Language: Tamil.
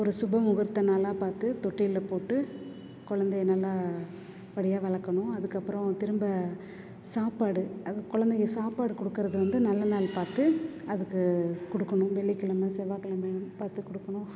ஒரு சுப முகூர்த்த நாளாக பார்த்து தொட்டிலில் போட்டு குழந்தைய நல்ல படியாக வளர்க்கணும் அதுக்கப்புறம் திரும்ப சாப்பாடு அது குழந்தைக சாப்பாடு கொடுக்கிறது வந்து நல்ல நாள் பார்த்து அதுக்கு கொடுக்குணும் வெள்ளிக்கிழம செவ்வாக்கிழம பார்த்து கொடுக்குணும்